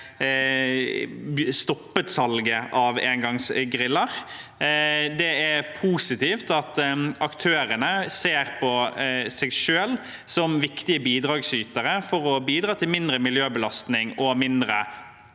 stoppet salget av engangsgriller. Det er positivt at aktørene ser på seg selv som viktige bidragsytere for å bidra til mindre miljøbelastning og mindre